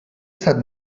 estat